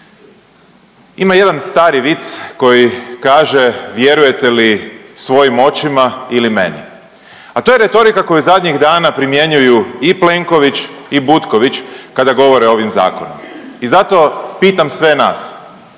Ima jedan stari vic koji kaže vjerujete li svojim očima ili meni, a to je retorika koju zadnjih dana primjenjuju i Plenković i Butković kada govore o ovim zakonima. I zato pitam sve nas,